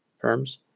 firms